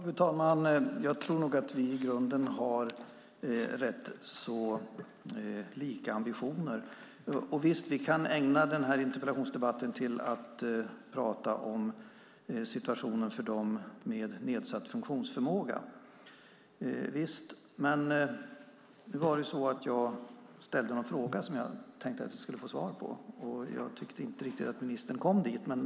Fru talman! Jag tror att vi i grunden har rätt så lika ambitioner. Vi kan ägna interpellationsdebatten till att tala om situationen för dem med nedsatt funktionsförmåga. Men nu var det så att jag ställde en fråga som jag tänkte att jag skulle få svar på. Jag tyckte inte riktigt att ministern kom dit.